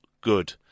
good